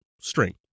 string